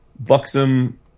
buxom